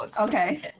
Okay